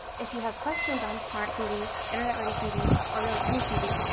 if you have questions on smart tv, internet ready tv, or really any tv,